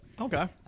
Okay